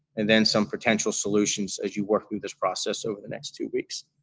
and then, some potential solutions as you work through this process over the next two weeks.